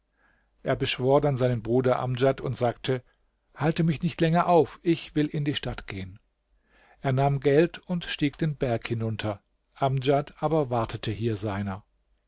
er beschwor dann seinen bruder amdjad und sagte halte mich nicht länger auf ich will in die stadt gehen er nahm geld und stieg den berg hinunter amdjad aber wartete hier seiner